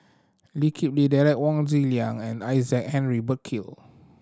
Lee Kip Lee Derek Wong Zi Liang and Isaac Henry Burkill